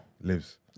lives